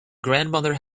grandmother